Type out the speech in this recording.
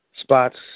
spots